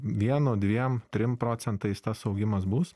vienu dviem trim procentais tas augimas bus